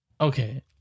okay